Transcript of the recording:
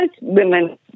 women